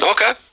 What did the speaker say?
Okay